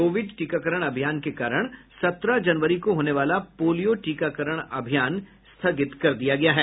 Covid टीकाकरण अभियान के कारण सत्रह जनवरी को होने वाला पोलियो टीकाकरण अभियान स्थगित कर दिया गया है